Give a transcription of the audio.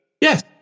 Yes